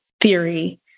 theory